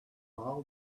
all